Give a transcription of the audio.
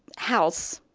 house.